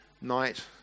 night